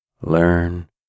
learn